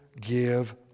give